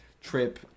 trip